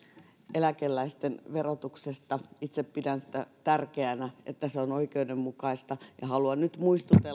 eläkeläisten verotuksesta että itse pidän sitä tärkeänä että se on oikeudenmukaista haluan nyt muistutella